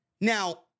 Now